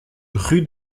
rue